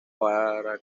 para